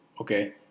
okay